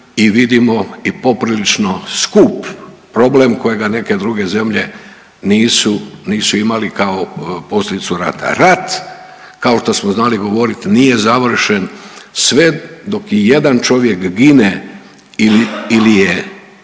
i vidimo i poprilično skup problem kojega neke druge zemlje nisu imali kao posljedicu rata. Rat kao što smo znali govoriti nije završen sve dok i jedan čovjek gine ili je